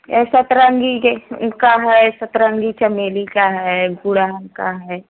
सतरंगी के का है सतरंगी चमेली का है गुलहड़ का है